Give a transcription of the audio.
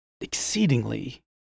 exceedingly